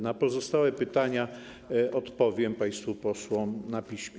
Na pozostałe pytania odpowiem państwu posłom na piśmie.